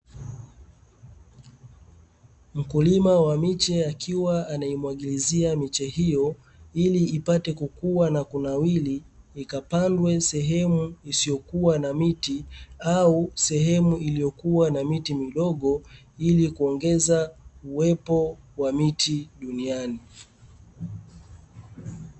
Mkulima wa miche akiwa anaimwagilizia miche hiyo, ili ipate kukua na kunawiri ikapandwe sehemu isiyokuwa na miti, au sehemu iliyokuwa na miti midogo ili kuongeza uwepo wa miti duniani.